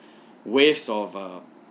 waste of uh